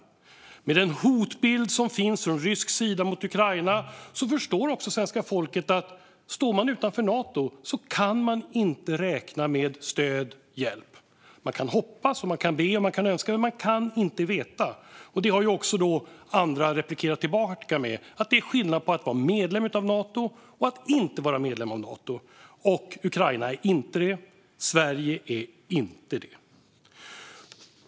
Med den hotbild som finns från rysk sida mot Ukraina förstår svenska folket att om man står utanför Nato kan man inte räkna med stöd och hjälp. Man kan hoppas, man kan be och man kan önska, men man kan inte veta. Detta har andra replikerat - att det är skillnad på att vara medlem av Nato och att inte vara det. Ukraina är inte det, och Sverige är inte det.